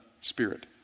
Spirit